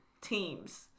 teams